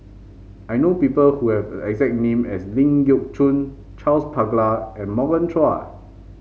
I know people who have a exact name as Ling Geok Choon Charles Paglar and Morgan Chua